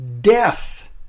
death